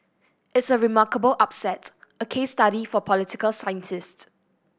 it's a remarkable upset a case study for political scientists